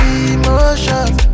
emotions